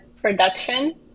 production